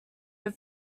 have